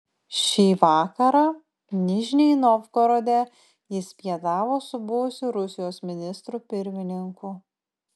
šį vakarą nižnij novgorode jis pietavo su buvusiu rusijos ministru pirmininku